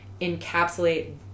encapsulate